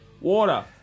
Water